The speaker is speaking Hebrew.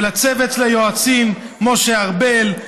ולצוות של היועצים: משה ארבל,